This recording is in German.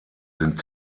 sind